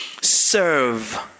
serve